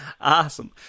awesome